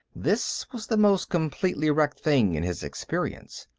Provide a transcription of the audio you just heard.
this was the most completely wrecked thing in his experience.